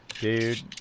dude